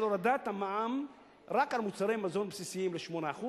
הורדת המע"מ רק על מוצרי מזון בסיסיים ל-8%,